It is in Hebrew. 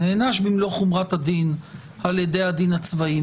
נענש במלוא חומרת הדין על ידי הדין הצבאי.